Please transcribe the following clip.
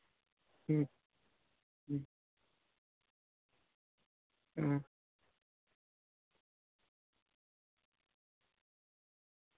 ᱦᱩᱸ ᱦᱩᱸ ᱦᱩᱸ